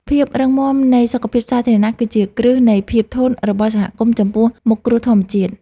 ភាពរឹងមាំនៃសុខភាពសាធារណៈ គឺជាគ្រឹះនៃភាពធន់របស់សហគមន៍ចំពោះមុខគ្រោះធម្មជាតិ។